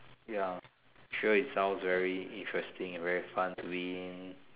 ya sure it sounds very interesting and very fun to be in